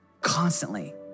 constantly